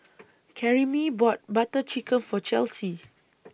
Karyme bought Butter Chicken For Chelsy